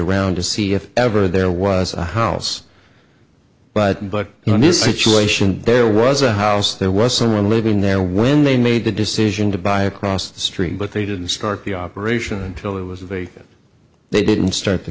around to see if ever there was a house but but you know the situation there was a house there was someone living there when they made the decision to buy across the street but they didn't start the operation until it was vacant they didn't start the